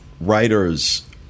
writers